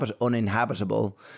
uninhabitable